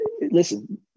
listen